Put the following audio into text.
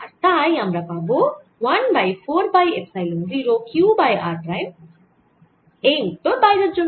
আর তাই আমরা পাবো 1 by 4 pi epsilon 0 Q by r prime হল উত্তর বাইরের জন্য